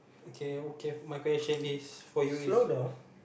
okay okay my question is for you is